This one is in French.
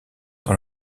dans